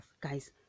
guys